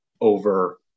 over